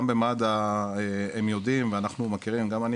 גם במד"א הם יודעים ואנחנו מכירים גם אני